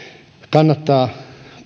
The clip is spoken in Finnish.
kannattaa